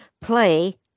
play